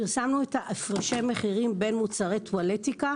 פרסמנו את הפרשי המחירים בין מוצרי טואלטיקה,